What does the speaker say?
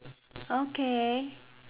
okay